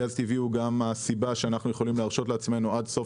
גז טבעי הוא הסיבה שאנחנו יכולים להרשות לעצמנו עד סוף